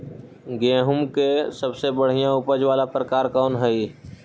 गेंहूम के सबसे बढ़िया उपज वाला प्रकार कौन हई?